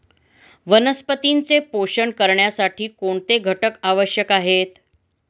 वनस्पतींचे पोषण करण्यासाठी कोणते घटक आवश्यक आहेत?